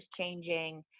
changing